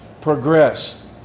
progress